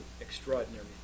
extraordinary